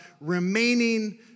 remaining